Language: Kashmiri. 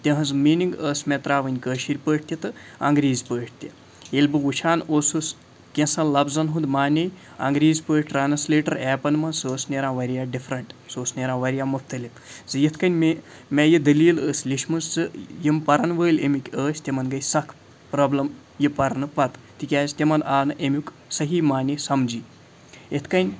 تِہٕنٛز میٖنِنٛگ ٲس مےٚ ترٛاوٕنۍ کٲشِر پٲٹھۍ تہِ تہٕ انٛگریٖز پٲٹھۍ تہِ ییٚلہِ بہٕ وٕچھان اوسُس کینٛژھن لفظَن ہُنٛد معنے انٛگریٖز پٲٹھۍ ٹرٛانَسلیٹَر اٮ۪پَن منٛز سۄ ٲس نیران وارِیاہ ڈِفرَنٛٹ سُہ اوس نیران وارِیاہ مُختلِف زِ یِتھ کٔنۍ مےٚ مےٚ یہِ دٔلیٖل ٲس لیٚچھمٕژ زِ یِم پَرَن وٲلۍ اَمِکۍ ٲسۍ تِمَن گٔے سَکھ پرٛابلِم یہِ پَرنہٕ پَتہٕ تِکیٛازِ تِمَن آو نہٕ اَیٚمیُک صحیح معنے سَمجھی اِتھ کٔنۍ